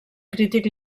crític